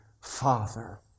father